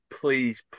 Please